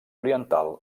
oriental